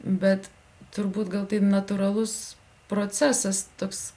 bet turbūt gal tai natūralus procesas toks